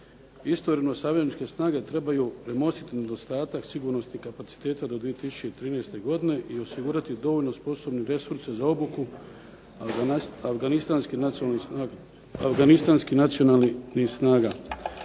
Istovremeno, savezničke snage trebaju premostiti nedostatak sigurnosnih kapaciteta do 2013. godine i osigurati dovoljno sposobne resurse za obuke afganistanskih nacionalnih snaga.